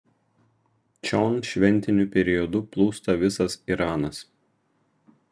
čion šventiniu periodu plūsta visas iranas